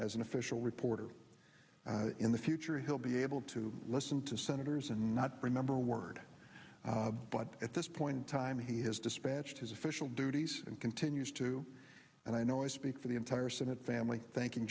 as an official reporter in the future he'll be able to listen to senators and not remember word but at this point in time he has dispatched his official duties and continues to and i know i speak for the entire senate family thanking